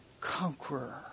conqueror